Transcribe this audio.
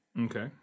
Okay